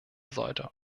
sollte